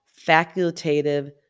facultative